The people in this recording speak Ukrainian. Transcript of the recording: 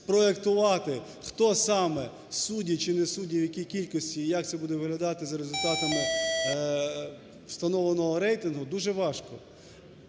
спроектувати, хто саме судді чи не судді, в якій кількості і як це буде виглядати за результатами встановленого рейтингу дуже важко.